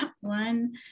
One